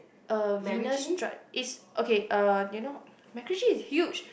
uh Venus drive is okay uh do you know MacRitchie is huge